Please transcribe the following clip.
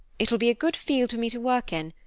it will be a good field for me to work in,